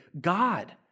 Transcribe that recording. God